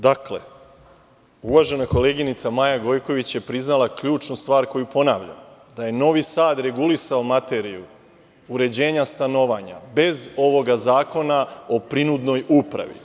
Dakle, uvažena koleginica Maja Gojković je priznala ključnu stvar koju ponavljam, da je Novi Sad regulisao materiju uređenja stanovanja bez ovoga zakona o prinudnoj upravi.